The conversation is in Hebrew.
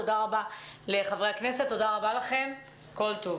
תודה רבה לחברי הכנסת, כל טוב.